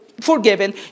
forgiven